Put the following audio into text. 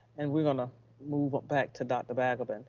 and we're gonna move back to dr. balgobin